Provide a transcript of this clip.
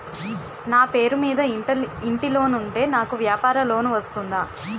నా పేరు మీద ఇంటి లోన్ ఉంటే నాకు వ్యాపార లోన్ వస్తుందా?